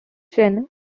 jan